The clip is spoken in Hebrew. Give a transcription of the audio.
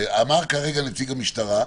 הרי אמר כרגע נציג המשטרה,